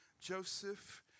Joseph